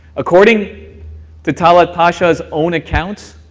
according to talat pasha's own accounts,